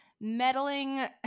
meddling